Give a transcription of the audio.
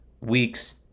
week's